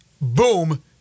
boom